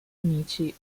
amici